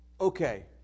okay